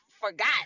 forgot